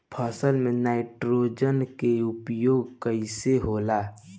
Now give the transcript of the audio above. फसल में नाइट्रोजन के उपयोग कइसे होला?